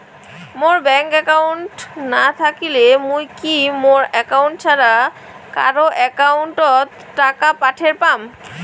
মোর bank account না থাকিলে মুই কি মোর একাউন্ট ছাড়া কারো একাউন্ট অত টাকা পাঠের পাম?